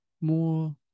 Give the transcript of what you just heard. more